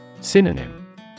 Synonym